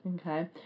Okay